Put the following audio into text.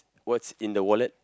what's in the wallet